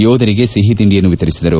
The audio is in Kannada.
ಯೋಧರಿಗೆ ಸಿಹಿ ತಿಂಡಿಯನ್ನು ವಿತರಿಸಿದರು